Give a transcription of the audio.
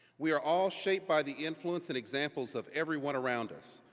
we are all shaped by the influence and examples of everyone around us,